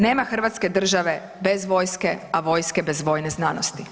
Nema Hrvatske države bez vojske, a vojske bez vojne znanosti.